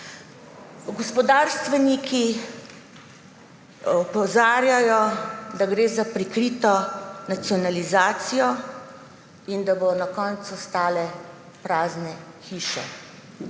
Gospodarstveniki opozarjajo, da gre za prikrito nacionalizacijo in da bodo na koncu ostale prazne hiše.